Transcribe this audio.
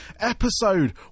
episode